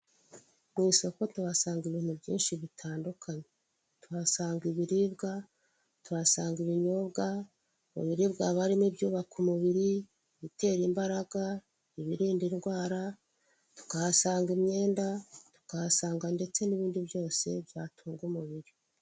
Mu isoko tuhasanga ibintu byinshi bitandukanye. Tuhasanga ibiribwa, tuhasanga ibinyobwa, mu biribwa barimo ibyubaka umubiri ibitera imbaraga, ibirinda indwara tukahasanga imyenda, tukahasanga ndetse n'ibindi byose byatunga umubiri.